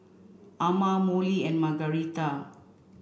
Ama Molly and Margarita